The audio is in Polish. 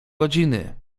godziny